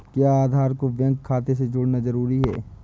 क्या आधार को बैंक खाते से जोड़ना जरूरी है?